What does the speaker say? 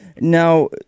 Now